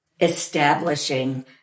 establishing